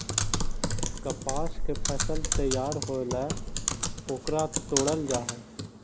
कपास के फसल तैयार होएला ओकरा तोडल जा हई